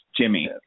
jimmy